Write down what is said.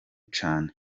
cane